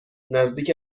نزدیک